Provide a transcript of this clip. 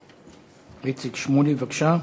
בבקשה.